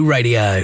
Radio